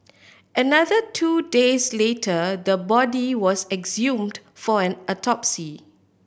another two days later the body was exhumed for an autopsy